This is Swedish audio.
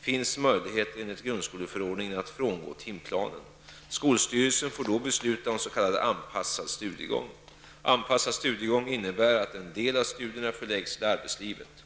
finns möjligheter enligt grundskoleförordningen att frångå timplanen. Skolstyrelsen får då besluta om s.k. anpassad studiegång. Anpassad studiegång innebär att en del av studierna förläggs till arbetslivet.